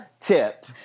tip